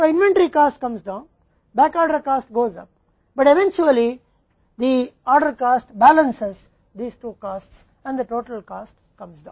तो इन्वेंट्री लागत नीचे आती है बैकऑर्डर की लागत बढ़ती जाती है लेकिन अंततः ऑर्डर कॉस्ट बैलेंस इन दो लागतों और कुल लागत में कमी आती है